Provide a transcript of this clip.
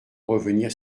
revenir